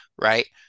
right